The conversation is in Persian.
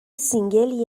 سینگلی